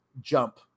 jump